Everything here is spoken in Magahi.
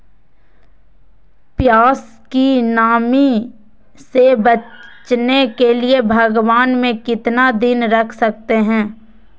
प्यास की नामी से बचने के लिए भगवान में कितना दिन रख सकते हैं?